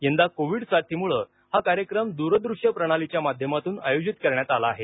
यंदा कोविड साथीमुळं हा कार्यक्रम द्रदृश्य प्रणालीच्या माध्यमातून आयोजित करण्यात आला आहे